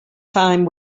time